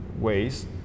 ways